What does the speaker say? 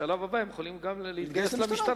בשלב הבא הם יכולים גם להתגייס למשטרה,